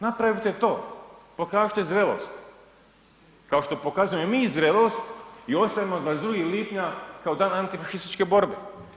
Napravite to, pokažite zrelost kao što pokazujemo i mi zrelost i ostavljamo 22. lipnja kao dan antifašističke borbe.